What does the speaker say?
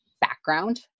background